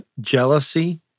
jealousy